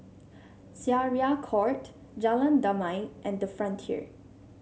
Syariah Court Jalan Damai and the Frontier